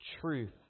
truth